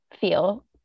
feel